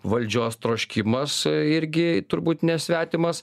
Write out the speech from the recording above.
valdžios troškimas irgi turbūt nesvetimas